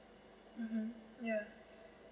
mmhmm ya